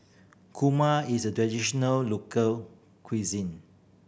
kurma is a traditional local cuisine